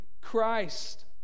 Christ